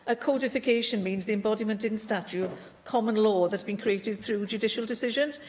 ah codification means the embodiment in statute of common law that's been created through judicial decisions.